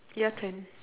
your turn